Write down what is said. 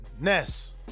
Ness